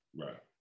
Right